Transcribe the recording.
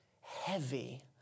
heavy